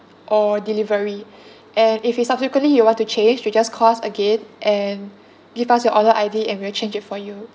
or delivery and if you subsequently you want to change you just call us again and give us your order I_D and we'll change it for you